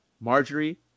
Marjorie